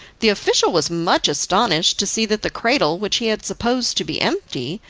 the official was much astonished to see that the cradle, which he had supposed to be empty,